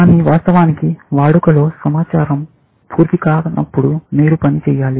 కానీ వాస్తవానికి వాడుకలో సమాచారం పూర్తి కానప్పుడు మీరు పని చేయాలి